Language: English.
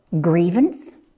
grievance